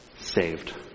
saved